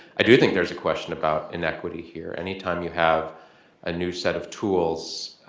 i do think there's a question about inequity here. any time you have a new set of tools